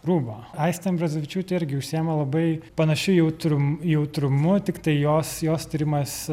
rūbą aistė ambrazevičiūtė irgi užsiima labai panašiu jautru jautrumu tiktai jos jos tyrimas